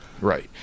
Right